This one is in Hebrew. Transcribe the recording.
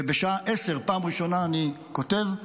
ובשעה 10:00 פעם ראשונה אני כותב: